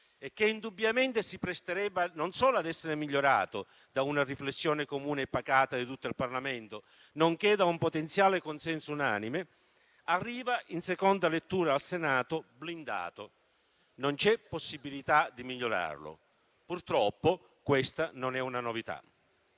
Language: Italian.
e che indubbiamente si presterebbe a essere migliorato da una riflessione comune e pacata di tutto il Parlamento, nonché da un potenziale consenso unanime, arriva blindato in seconda lettura al Senato. Non c'è possibilità di migliorarlo e purtroppo questa non è una novità.